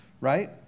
Right